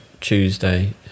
Tuesday